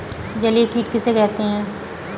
जलीय कीट किसे कहते हैं?